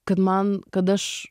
kad man kad aš